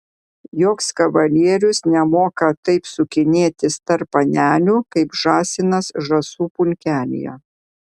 joks kavalierius nemoka taip sukinėtis tarp panelių kaip žąsinas žąsų pulkelyje